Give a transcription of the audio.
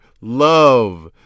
love